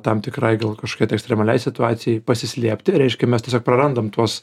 tam tikrai gal kašokiai tai ekstremaliai situacijai pasislėpti reiškia mes tiesiog prarandam tuos